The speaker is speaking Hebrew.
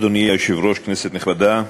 אדוני היושב-ראש, כנסת נכבדה,